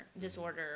disorder